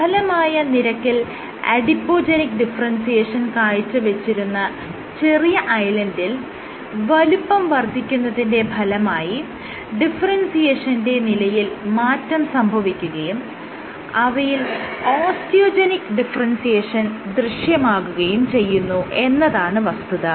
പ്രബലമായ നിരക്കിൽ adipogenic differentiation കാഴ്ചവെച്ചിരുന്ന ചെറിയ ഐലൻഡിൽ വലുപ്പം വർദ്ധിക്കുന്നതിന്റെ ഫലമായി ഡിഫറെൻസിയേഷന്റെ നിലയിൽ മാറ്റം സംഭവിക്കുകയും അവയിൽ ഓസ്റ്റിയോജെനിക്ക് ഡിഫറെൻസിയേഷൻ ദൃശ്യമാകുകയും ചെയ്യുന്നു എന്നതാണ് വസ്തുത